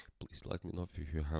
please let me know, if you have